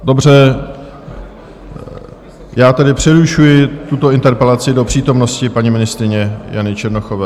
Dobře, já tedy přerušuji tuto interpelaci do přítomnosti paní ministryně Jany Černochové.